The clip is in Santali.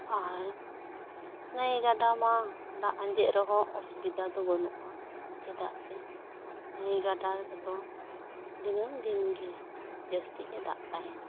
ᱟᱨ ᱱᱟᱹᱭ ᱜᱟᱰᱟ ᱢᱟ ᱫᱟᱜ ᱟᱸᱡᱮᱜ ᱨᱮᱦᱚᱸ ᱚᱥᱩᱵᱤᱫᱷᱟ ᱫᱚ ᱵᱟᱹᱱᱩᱜᱼᱟ ᱪᱮᱫᱟᱜ ᱥᱮ ᱱᱟᱹᱭ ᱜᱟᱰᱟ ᱨᱮᱫᱚ ᱫᱤᱱᱟᱹᱢ ᱫᱤᱱᱜᱮ ᱡᱟᱹᱥᱛᱤ ᱜᱮ ᱫᱟᱜ ᱛᱟᱦᱮᱱᱟ